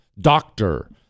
doctor